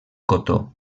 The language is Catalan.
cotó